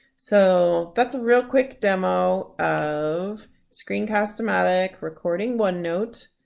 so that's a real quick demo of screencast-o-matic recording onenote,